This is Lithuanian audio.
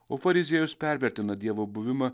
o fariziejus pervertina dievo buvimą